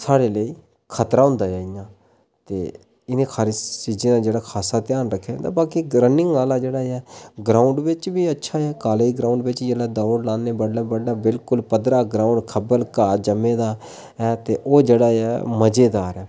साढ़े लेई खतरा होंदा ऐ इं'या इ'नें चीज़ें दा जेह्ड़ा खासा ध्यान रक्खेआ जंदा बाकी रनिंग आह्ला जेह्ड़ा ऐ ग्राऊंड बिच बी अच्छा ऐ कॉलेज ग्राऊंड बिच जेल्लै दौड़ लान्ने बडलै बडलै बिलकुल पद्दरा ग्राऊंड खब्बल घाऽ जम्में दा खैर ओह् जेह्ड़ा ऐ मज़ेदार ऐ